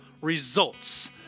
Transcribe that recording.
results